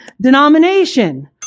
denomination